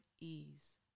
ease